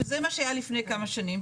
שזה מה שהיה לפני כמה שנים,